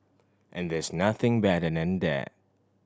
and there's nothing better than that